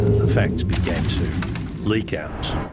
the facts began to leak out.